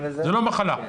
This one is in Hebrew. זה לא מחלה.